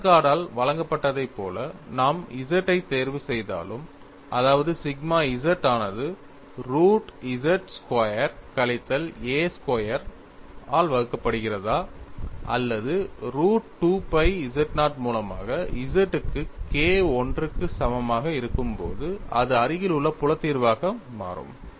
வெஸ்டர்கார்டால் வழங்கப்பட்டதைப் போல நாம் Z ஐத் தேர்வுசெய்தாலும் அதாவது சிக்மா z ஆனது ரூட் z ஸ்கொயர் கழித்தல் a ஸ்கொயர் வகுக்கப்படுகிறதா அல்லது ரூட் 2 pi z0 மூலமாக Z க்கு K I க்கு சமமாக இருக்கும்போது அது அருகிலுள்ள புல தீர்வாக மாறும்